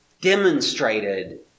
demonstrated